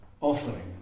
offering